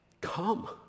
Come